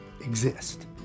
exist